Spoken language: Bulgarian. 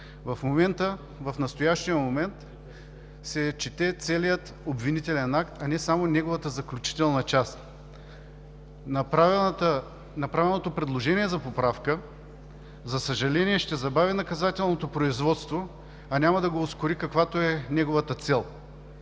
В настоящия момент се чете целият обвинителен акт, а не само неговата заключителна част. Направеното предложение за поправка, за съжаление, ще забави наказателното производство, а няма да го ускори, каквато е неговата цел.